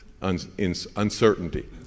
uncertainty